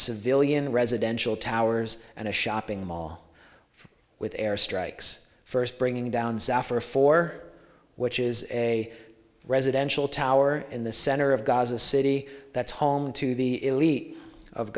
civilian residential towers and a shopping mall with airstrikes first bringing down south for four which is a residential tower in the center of gaza city that's home to the elite of